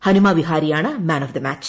ഹനുമ വിഹാരിയാണ് man of the match